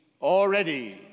already